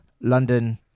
London